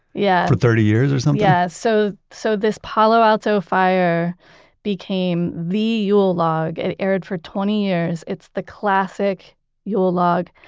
yeah for thirty years, or something? yeah. so so this palo alto fire became the yule log. it aired for twenty years. it's the classic yule log,